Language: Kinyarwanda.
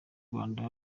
rwanda